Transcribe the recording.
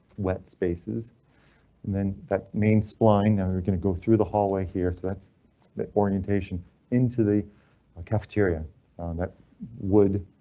wet spaces, and then that main spline. now we're going to go through the hallway here, so that's the orientation into the ah cafeteria that would.